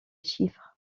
chiffres